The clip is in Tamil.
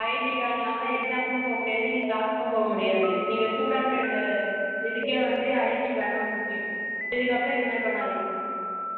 ஐடென்டி கார்டு இல்லாமல் எக்ஸாமுக்கும் போகமுடியாது நீ கிளாஸ்க்கும் போகமுடியாது நீங்கள் ஸ்டூடெண்ட்டு இதுக்கே வந்து ஐடென்டி கார்டுதான் முக்கியம் இதுக்கு அப்புறம் இது மாதிரி பண்ணாதீங்க